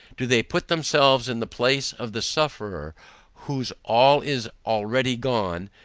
do they put themselves in the place of the sufferer whose all is already gone,